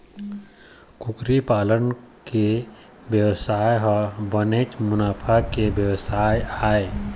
कुकरी पालन के बेवसाय ह बनेच मुनाफा के बेवसाय आय